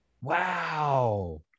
wow